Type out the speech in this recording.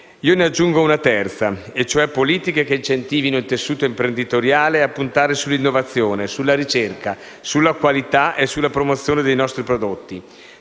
Ne aggiungo una terza: politiche che incentivino il tessuto imprenditoriale a puntare sull'innovazione, sulla ricerca, sulla qualità e sulla promozione dei nostri prodotti.